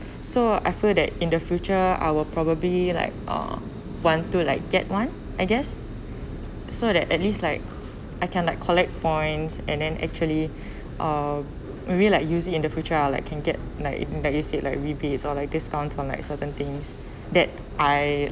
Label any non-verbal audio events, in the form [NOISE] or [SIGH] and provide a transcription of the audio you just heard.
so I feel that in the future I will probably like uh want to like get one I guess so that at least like I can like collect points and then actually [BREATH] uh may be like use it in the future ah like can get like like you said like rebates or like discount on like certain things that I